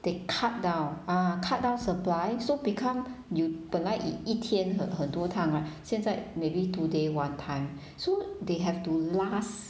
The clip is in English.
they cut down ah cut down supply so become you 本来一一天很很多 time ah 现在 maybe two day one time so they have to last